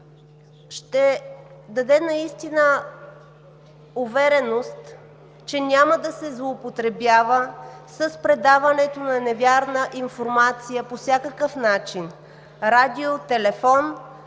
ще даде наистина увереност, че няма да се злоупотребява с предаването на невярна информация по всякакъв начин – радио, телефон,